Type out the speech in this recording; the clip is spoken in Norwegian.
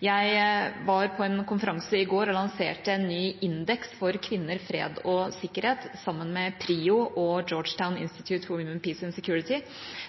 Jeg var på en konferanse i går og lanserte en ny indeks for kvinner, fred og sikkerhet sammen med PRIO og Georgetown Institute for Women, Peace and Security.